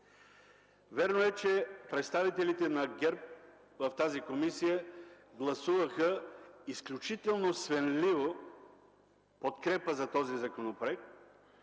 Вярно е, че представителите на ГЕРБ в тази комисия гласуваха изключително свенливо подкрепа за този законопроект